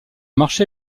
marché